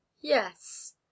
yes